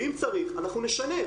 ואם צריך, אנחנו נשנה.